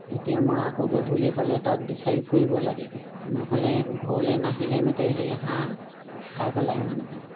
তেতিয়া মই আকৌ গধূলি হ'লে তাক বিচাৰি ফুৰিব লাগে নহ'লে ঘৰলৈ নাহিলে মেটে সেই হাঁহ খাই পেলায় মানুহে